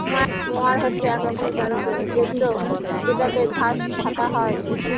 mower হচ্ছে এক রকমের যন্ত্র জেত্রযেটাতে ঘাস ছাটা হয়